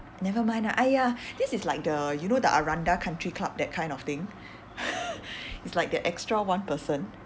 nevermind ah !aiya! this is like the you know the aranda country club that kind of thing it's like that extra one person